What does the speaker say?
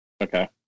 Okay